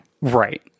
Right